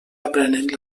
aprenent